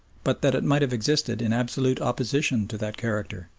but that it might have existed in absolute opposition to that character.